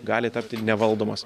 gali tapti nevaldomas